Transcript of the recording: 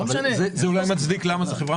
זה אולי מצדיק למה זה חברה